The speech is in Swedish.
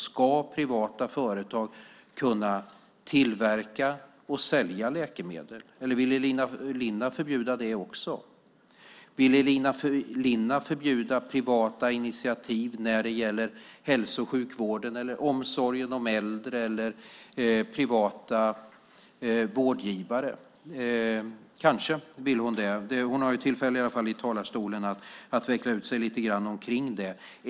Ska privata företag kunna tillverka och sälja läkemedel, eller vill Elina Linna förbjuda det också? Vill Elina Linna förbjuda privata initiativ när det gäller hälso och sjukvården och omsorgen om äldre, eller förbjuda privata vårdgivare? Kanske vill hon det. Hon har strax tillfälle att utveckla sitt resonemang.